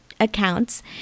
accounts